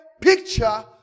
picture